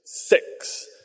six